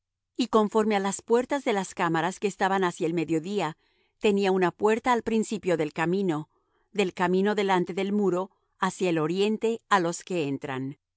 y conforme á las puertas de las cámaras que estaban hacia el mediodía tenía una puerta al principio del camino del camino delante del muro hacia el oriente á los que entran